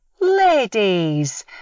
Ladies